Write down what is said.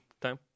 time